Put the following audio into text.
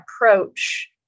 approach